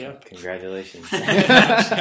Congratulations